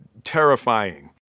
terrifying